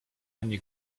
ani